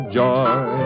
joy